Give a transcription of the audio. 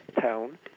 town